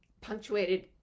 punctuated